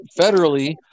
federally